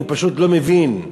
הוא פשוט לא מבין.